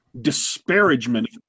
disparagement